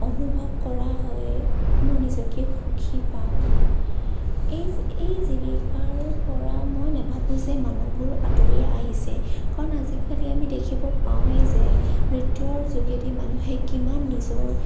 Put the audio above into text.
অনুভৱ কৰা হয় মোৰ নিজকে সুখী পাওঁ এই এই জীৱিকাৰ পৰা মই নাভাবোঁ যে মানুহবোৰ আঁতৰি আহিছে কাৰণ আজিকালি আমি দেখিব পাওঁৱেই যে নৃত্যৰ যোগেদি মানুহে কিমান নিজৰ